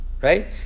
right